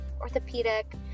orthopedic